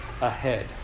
ahead